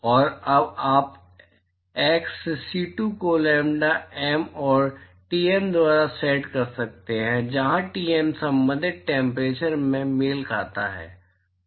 और अब आप x से C2 को लैम्ब्डा एम और टीएम द्वारा सेट करते हैं जहां टीएम संबंधित तापमान से मेल खाता है